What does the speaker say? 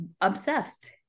obsessed